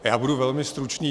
Já budu velmi stručný.